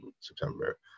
September